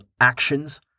actions